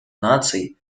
наций